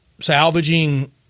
Salvaging